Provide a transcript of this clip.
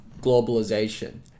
globalization